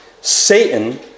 Satan